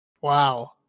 Wow